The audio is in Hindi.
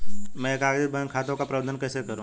मैं एकाधिक बैंक खातों का प्रबंधन कैसे करूँ?